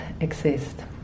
exist